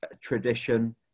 tradition